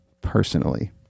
personally